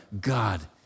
God